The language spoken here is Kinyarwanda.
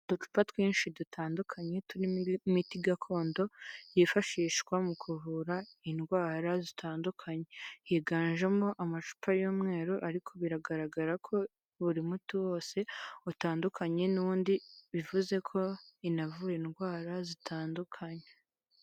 Uducupa twinshi dutandukanye, turimo imiti gakondo, yifashishwa mu kuvura indwara zitandukanye, higanjemo amacupa y'umweru, ariko biragaragara ko buri muti wose utandukanye n'undi, bivuze ko inavura indwara zitandukanye.